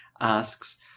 asks